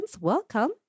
Welcome